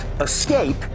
escape